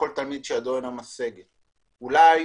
אולי